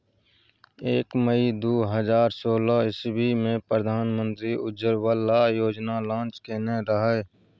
एक मइ दु हजार सोलह इस्बी मे प्रधानमंत्री उज्जवला योजना लांच केने रहय